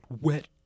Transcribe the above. wet